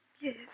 Yes